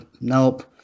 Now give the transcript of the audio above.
nope